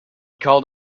called